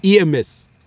EMS